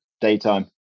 daytime